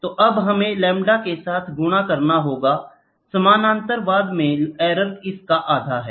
तो अब हमें लैम्ब्डा के साथ गुणा करना होगा समानांतरवाद में एरर इसका आधा है